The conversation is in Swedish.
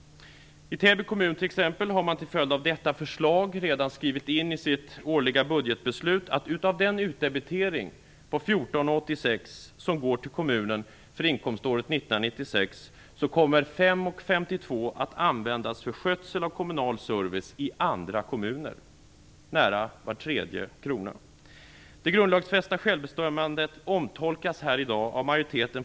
I Täby kommun har man t.ex. till följd av detta förslag redan skrivit in i sitt årliga budgetbeslut att av den utdebitering på 14:86 kr som för inkomståret 1996 går till kommunen, kommer 5:52 kr att användas till skötseln av kommunal service i andra kommuner. Det handlar alltså om nästan var tredje krona! Det grundlagsfästa självbestämmandet omtolkas i dag av majoriteten.